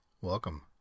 welcome